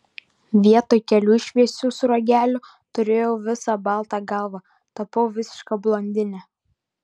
vietoj kelių šviesių sruogelių turėjau visą baltą galvą tapau visiška blondine